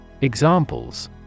Examples